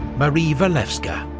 marie walewska.